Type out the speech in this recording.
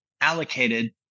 allocated